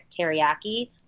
teriyaki